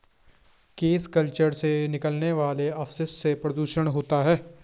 cage culture से निकलने वाले अपशिष्ट से प्रदुषण होता है